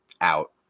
out